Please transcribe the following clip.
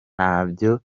nabyo